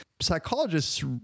psychologists